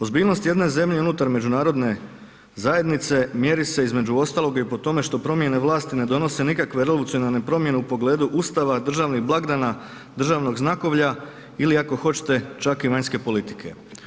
Ozbiljnost jedne zemlje unutar međunarodne zajednice mjeri se između ostaloga i po tome što promjene vlasti ne donose nikakve revolucionarne promjene u pogledu Ustava, državnih blagdana, državnog znakovlja ili ako hoćete čak i vanjske politike“